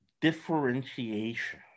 differentiation